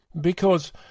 Because